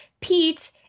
Pete